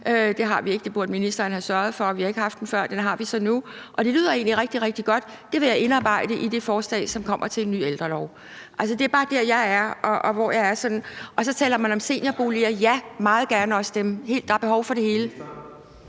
det har vi ikke, det burde ministeren have sørget for; vi har ikke haft den før, det har vi så nu – og det lyder egentlig rigtig, rigtig godt, og det vil jeg indarbejde i det forslag, som kommer, til en ældrelov. Altså, det er bare der, jeg er. Og så taler man om seniorboliger – ja, meget gerne også dem. Der er behov for det hele.